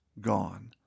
gone